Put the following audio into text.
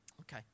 Okay